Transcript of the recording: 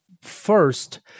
first